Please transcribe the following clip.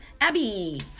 Abby